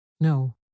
No